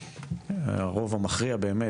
הרוב המכריע באמת,